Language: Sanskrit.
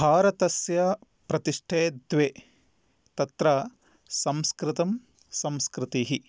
भारतस्य प्रतिष्ठे द्वे तत्र संस्कृतं संस्कृतिः